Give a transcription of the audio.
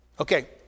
Okay